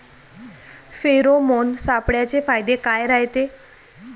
Pheromone सापळ्याचे फायदे काय रायते?